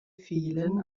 fehlen